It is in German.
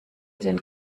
den